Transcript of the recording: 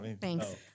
Thanks